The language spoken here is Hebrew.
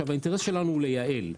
האינטרס שלנו הוא לייעל.